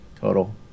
total